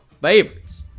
favorites